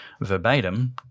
verbatim